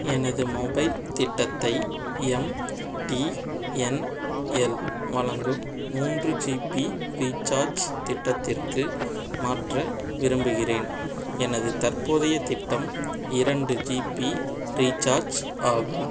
எனது மொபைல் திட்டத்தை எம்டிஎன்எல் வழங்கும் மூன்று ஜிபி ரீசார்ஜ் திட்டத்திற்கு மாற்ற விரும்புகிறேன் எனது தற்போதைய திட்டம் இரண்டு ஜிபி ரீசார்ஜ் ஆகும்